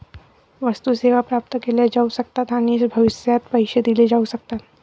वस्तू, सेवा प्राप्त केल्या जाऊ शकतात आणि भविष्यात पैसे दिले जाऊ शकतात